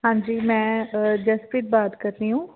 ਹਾਂਜੀ ਮੈਂ ਜਸਪ੍ਰੀਤ ਬਾਤ ਕਰ ਰਹੀ ਹੂੰ